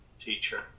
teacher